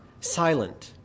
silent